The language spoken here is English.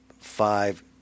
five